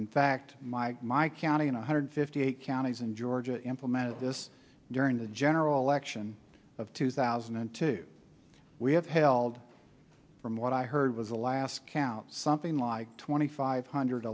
in fact my my county one hundred fifty eight counties in georgia implemented this during the general election of two thousand and two we have held from what i heard was the last count something like twenty five hundred